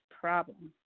problem